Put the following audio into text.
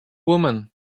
woman